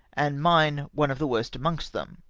and mine one of the worst amongst them,